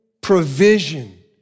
provision